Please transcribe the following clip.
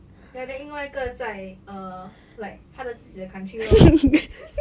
ya then 另外一个在 uh like 他的自己的 country lor